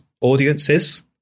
audiences